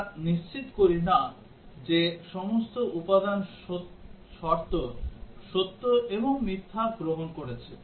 আমরা নিশ্চিত করি না যে সমস্ত উপাদান শর্ত সত্য এবং মিথ্যা গ্রহণ করেছে